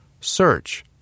Search